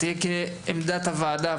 תהיה כעמדת הוועדה,